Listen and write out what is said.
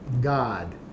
God